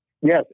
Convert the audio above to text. Yes